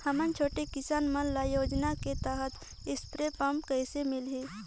हमन छोटे किसान मन ल योजना के तहत स्प्रे पम्प कइसे मिलही?